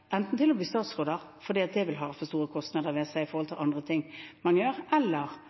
enten til å bli statsråder, fordi det vil ha for store kostnader ved seg i forhold til andre ting man gjør, eller